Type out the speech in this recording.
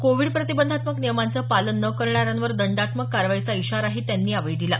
Covid प्रतिबंधात्मक नियमांचं पालन न करणाऱ्यांवर दंडात्मक कारवाईचा इशाराही त्यांनी यावेळी दिला